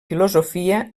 filosofia